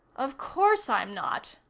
of course i'm not,